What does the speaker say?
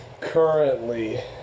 Currently